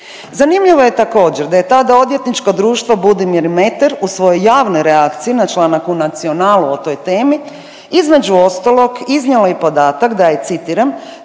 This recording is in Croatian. također da je također da je tada odvjetničko društvo Budimir Meter u svojoj javnoj reakciji na članak u Nacionalu o toj temi između ostalog iznijela i podatak da je citiram: